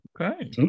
okay